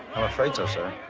i'm afraid so, sir,